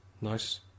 Nice